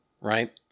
right